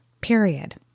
Period